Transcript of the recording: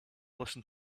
listen